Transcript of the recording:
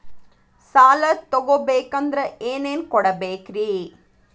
ಸಾಲ ತೊಗೋಬೇಕಂದ್ರ ಏನೇನ್ ಕೊಡಬೇಕ್ರಿ?